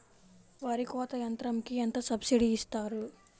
వరి కోత యంత్రంకి ఎంత సబ్సిడీ ఇస్తారు?